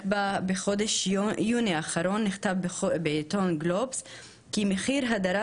רק בחודש יוני האחרון נכתב בעיתון גלובס כי מחיר הדרת